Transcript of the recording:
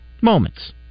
moments